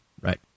Right